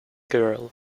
girl